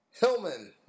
Hillman